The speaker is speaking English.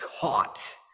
caught